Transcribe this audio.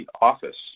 office